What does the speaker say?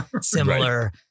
Similar